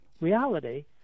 reality